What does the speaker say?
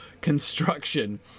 construction